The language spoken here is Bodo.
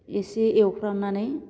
एसे एवफ्रामनानै